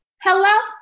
hello